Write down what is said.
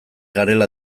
garela